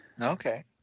Okay